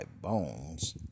bones